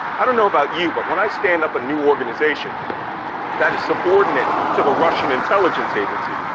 i don't know about you but when i stand up a new organization that is subordinate to the russian intelligence agency,